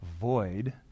void